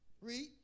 Read